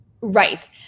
Right